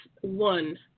one